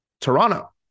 Toronto